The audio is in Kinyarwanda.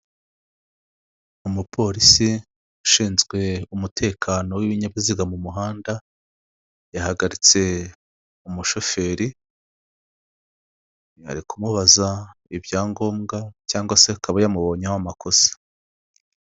Umupolisi ushinzwe umutekano w'ibinyabiziga mu muhanda, yahagaritse umushoferi, ari kumubaza ibyangombwa cyangwa se akaba yamubonyeho amakosa.